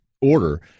order